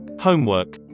Homework